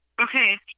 okay